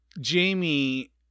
Jamie